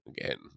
Again